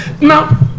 Now